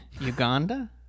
Uganda